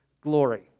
glory